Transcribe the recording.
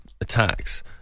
attacks